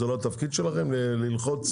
זה לא התפקיד שלכם ללחוץ?